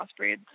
crossbreeds